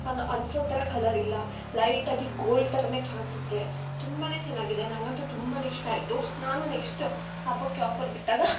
ಅನ್ನೊ ಅನ್ಸೋಥರ ಕಲರಿಲ್ಲ ಲೈಟಾಗಿ ಗೋಲ್ಡ್ ಥರನೆ ಕಾಣ್ಸುತ್ತೆ ತುಂಬಾನೆ ಚೆನ್ನಾಗಿದೆ ನನಗಂತೂ ತುಂಬಾನೆ ಇಷ್ಟ ಆಯ್ತು ನಾನು ನೆಕ್ಸ್ಟ್ ಹಬ್ಬಕ್ಕೆ ಆಫರ್ ಬಿಟ್ಟಾಗ